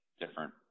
different